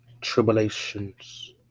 tribulations